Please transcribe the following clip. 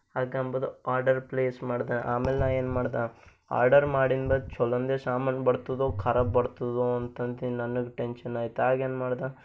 ಅದಕ್ಕೆ ಅಂಬೋದು order place ಮಾಡ್ದೆ ಆಮೇಲೆ ನಾನು ಏನು ಮಾಡ್ದೆ ಆರ್ಡರ್ ಮಾಡಿದ್ ಬಾದ್ ಛಲೋನೆ ಸಾಮಾನು ಬರ್ತದೋ ಖರಾಬು ಬರ್ತದೋ ಅಂತಂದು ನನಗೆ ಟೆನ್ಷನ್ ಆಯ್ತು ಆಗ ಏನು ಮಾಡ್ದೆ